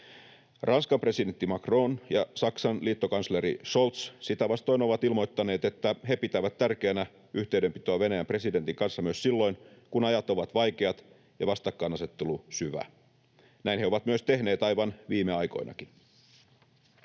Ranskan presidentti Macron ja Saksan liittokansleri Scholz sitä vastoin ovat ilmoittaneet, että he pitävät tärkeänä yhteydenpitoa Venäjän presidentin kanssa myös silloin, kun ajat ovat vaikeat ja vastakkainasettelu syvä. Näin he ovat myös tehneet aivan viime aikoinakin.